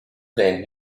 than